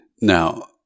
now